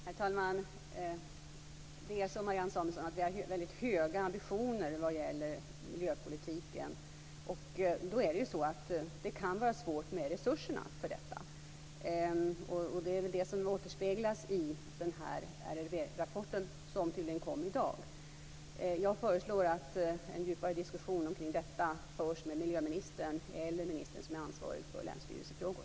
Herr talman! Det är som Marianne Samuelsson sade, att vi har väldigt höga ambitioner när det gäller miljöpolitiken. Men det kan vara svårt med resurserna. Det är väl detta som återspeglas i den RRV rapport som tydligen kom i dag. Jag föreslår att en djupare diskussion om detta förs med miljöministern eller med ministern som är ansvarig för länsstyrelsefrågor.